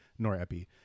norepi